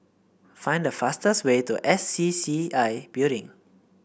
find the fastest way to S C C I Building